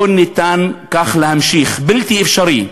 לא ניתן כך להמשיך, בלתי אפשרי.